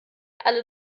alle